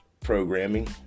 programming